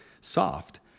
soft